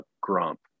grump